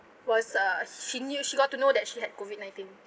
was uh she knew she got to know that she had COVID nineteen